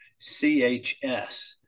CHS